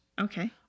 Okay